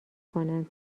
کنن